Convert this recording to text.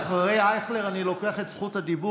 אבל אמרתי שאחרי אייכלר אני לוקח את זכות הדיבור.